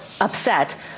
upset